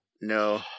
No